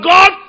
God